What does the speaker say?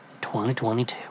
2022